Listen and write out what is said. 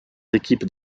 équipes